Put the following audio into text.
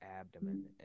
abdomen